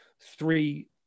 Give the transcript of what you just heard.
three